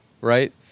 right